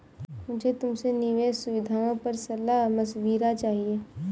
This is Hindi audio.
मुझे तुमसे निवेश सुविधाओं पर सलाह मशविरा चाहिए